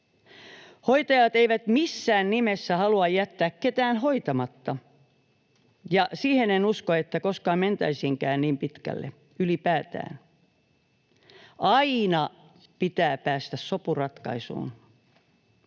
Hoitajat eivät missään nimessä halua jättää ketään hoitamatta, ja en usko, että koskaan mentäisiinkään niin pitkälle ylipäätään. Aina pitää päästä sopuratkaisuun.